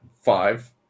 five